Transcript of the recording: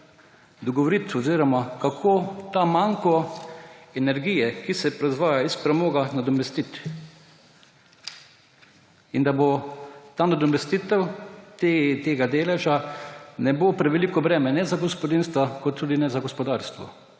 dogovoriti, kako ta manko energije, ki se proizvaja iz premoga, nadomestiti in da nadomestitev tega deleža ne bo preveliko breme ne za gospodinjstva kot tudi ne za gospodarstvo.